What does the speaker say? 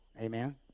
amen